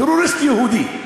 טרוריסט יהודי,